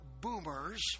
boomers